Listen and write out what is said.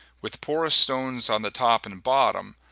with porous stone on the top and and bottom,